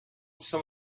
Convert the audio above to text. some